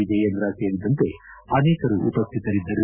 ವಿಜಯೇಂದ್ರ ಸೇರಿದಂತೆ ಅನೇಕರು ಉಪಸ್ಥಿತರಿದ್ದರು